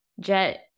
Jet